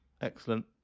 Excellent